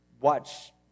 watch